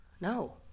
No